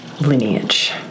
lineage